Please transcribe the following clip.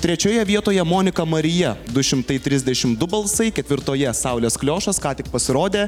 trečioje vietoje monika marija du šimtai trisdešimt du balsai ketvirtoje saulės kliošas ką tik pasirodę